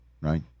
right